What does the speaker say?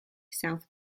south